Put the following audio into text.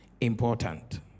important